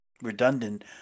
redundant